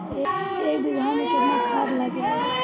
एक बिगहा में केतना खाद लागेला?